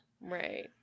Right